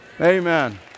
Amen